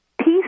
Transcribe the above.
Peace